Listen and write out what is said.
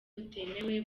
butemewe